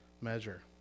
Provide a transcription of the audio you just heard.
measure